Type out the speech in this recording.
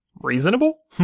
reasonable